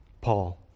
Paul